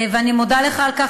ואני מודה לך על כך.